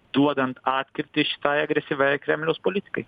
duodant atkirtį šitai agresyviai kremliaus politikai